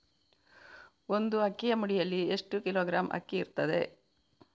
ಒಂದು ಅಕ್ಕಿಯ ಮುಡಿಯಲ್ಲಿ ಎಷ್ಟು ಕಿಲೋಗ್ರಾಂ ಅಕ್ಕಿ ಇರ್ತದೆ?